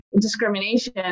discrimination